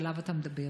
שעליו אתה מדבר,